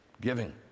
Giving